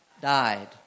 died